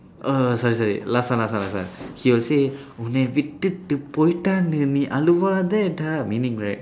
oh sorry sorry last one last one last one he will say உன்னை விட்டுட்டு போயிட்டா நீ அழுவாதடா:unnai vitdutdu pooyitdaa nii azhuvaathadaa meaning right